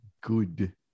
good